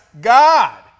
God